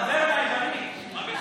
טברנה יוונית.